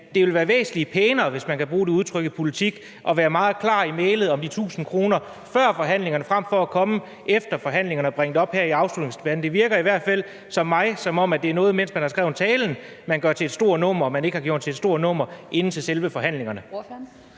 det vil være væsentlig pænere, hvis man kan bruge det udtryk i politik, at være meget klar i mælet om de 1.000 kr. før forhandlingerne frem for at komme efter forhandlingerne og bringe det op her i afslutningsdebatten? Det virker i hvert fald for mig, som om det er noget, som man, mens man skriver talen, gør til et stort nummer, men som man ikke har gjort til et stort nummer inde til selve forhandlingerne.